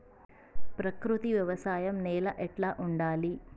ప్రకృతి వ్యవసాయం నేల ఎట్లా ఉండాలి?